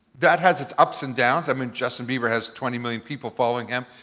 that has its ups and downs, i mean justin bieber has twenty million people following him,